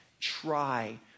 Try